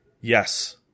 Yes